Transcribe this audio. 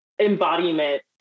embodiment